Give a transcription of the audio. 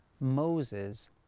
Moses